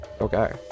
Okay